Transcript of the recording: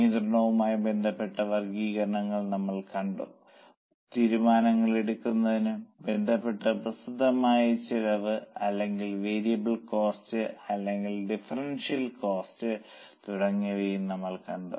നിയന്ത്രണവുമായി ബന്ധപ്പെട്ട വർഗ്ഗീകരണങ്ങൾ നമ്മൾ കണ്ടു തീരുമാനങ്ങൾ എടുക്കുന്നതുമായി ബന്ധപ്പെട്ട പ്രസക്തമായ ചിലവ് അല്ലെങ്കിൽ വേരിയബിൾ കോസ്റ്റ് അല്ലെങ്കിൽ ഡിഫറൻഷ്യൽ കോസ്റ്റ് തുടങ്ങിയവയും നമ്മൾ കണ്ടു